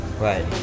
Right